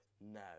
No